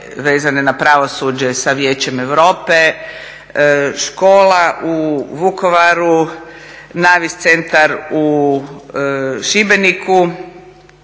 vezane na pravosuđe sa Vijećem Europe, škola u Vukovaru, NAVIS centar u Šibeniku